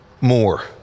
More